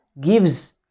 gives